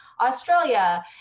Australia